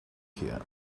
here